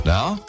Now